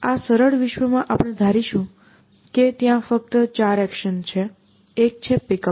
આ સરળ વિશ્વમાં આપણે ધારીશું કે ત્યાં 4 એકશન્સ છે એક છે PickUp